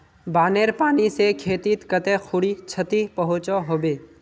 बानेर पानी से खेतीत कते खुरी क्षति पहुँचो होबे?